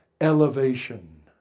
elevation